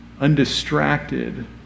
undistracted